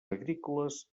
agrícoles